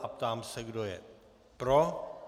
Ptám se, kdo je pro.